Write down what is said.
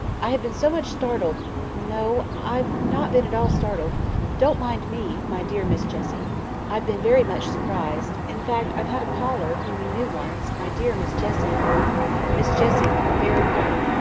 i have been so much startled no, i've not been at all startled don't mind me, my dear miss jessie i've been very much surprised in fact, i've had a caller, whom you knew once, my dear miss jessie miss jessie went very white,